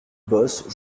bosses